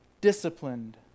disciplined